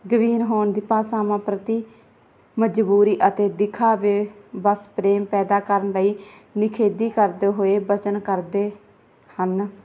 ਗੰਭੀਰ ਹੋਣ ਦੀ ਭਾਸ਼ਾਵਾਂ ਪ੍ਰਤੀ ਮਜਬੂਰੀ ਅਤੇ ਦਿਖਾਵੇ ਬਸ ਪ੍ਰੇਮ ਪੈਦਾ ਕਰਨ ਲਈ ਨਿਖੇਦੀ ਕਰਦੇ ਹੋਏ ਬਚਨ ਕਰਦੇ ਹਨ